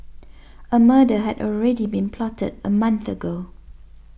a murder had already been plotted a month ago